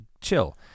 Chill